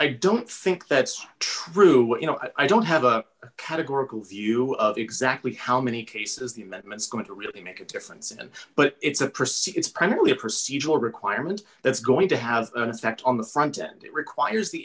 i don't think that's true what you know i don't have a categorical view of exactly how many cases the amendments going to really make a difference and but it's a pursuit it's primarily a procedural requirement that's going to have an effect on the front end it requires the